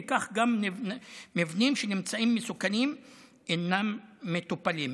וכך גם מבנים שנמצאים מסוכנים אינם מטופלים.